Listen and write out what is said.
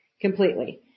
completely